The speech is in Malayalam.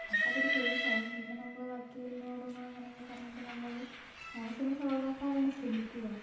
അപ്പം അതൊരു കേസാവും പിന്നെ നമ്മൾ വക്കീലിനോടും അങ്ങനെ പറഞ്ഞിട്ട് നമ്മളത് മാക്സിമം സോൾവാക്കാനാണ് ശ്രമിക്കുക